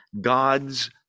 God's